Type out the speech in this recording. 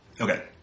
Okay